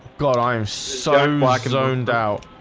god i am so marquez owned out.